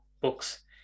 books